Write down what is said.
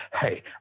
hey